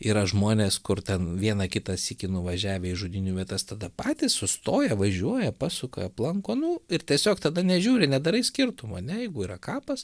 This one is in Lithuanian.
yra žmonės kur ten vieną kitą sykį nuvažiavę į žudynių vietas tada patys sustoja važiuoja pasuka aplanko nu ir tiesiog tada nežiūri nedarai skirtumo ane jeigu yra kapas